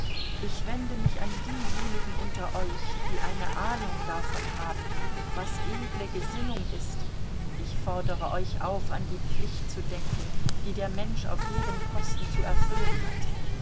ich wende mich an diejenigen unter euch die eine ahnung davon haben was edle gesinnung ist ich fordere euch auf an die pflicht zu denken die der mensch auf jedem posten zu erfüllen hat